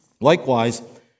Likewise